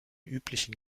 üblichen